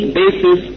basis